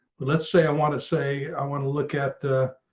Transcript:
but let's say i want to say i want to look at